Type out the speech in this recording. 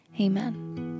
Amen